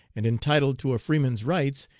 and entitled to a freeman's rights,